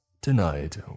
Tonight